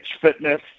fitness